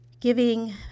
giving